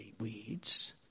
weeds